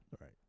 right